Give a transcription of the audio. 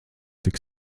tik